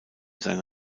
seine